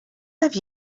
have